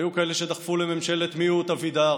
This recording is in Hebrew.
היו כאלה שדחפו לממשלת מיעוט, אבידר.